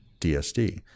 DSD